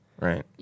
Right